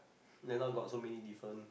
then now got so many different